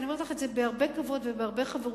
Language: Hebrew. אני אומרת לך את זה בהרבה כבוד ובהרבה חברות,